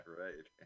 right